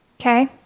Okay